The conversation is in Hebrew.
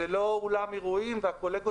אצלנו לא מנשקים את החתן